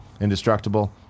indestructible